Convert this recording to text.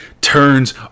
turns